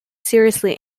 seriously